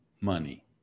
money